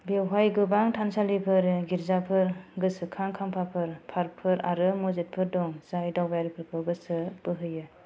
बेवहाय गोबां थानसालिफोर गिर्जाफोर गोसोखां खाम्फाफोर पार्कफोर आरो मस्जिदफोर दं जाय दावबायारिफोरखौ गोसो बोहोयो